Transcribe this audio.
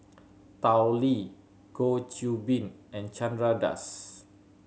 Tao Li Goh Qiu Bin and Chandra Das